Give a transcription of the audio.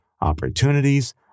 opportunities